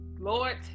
Lord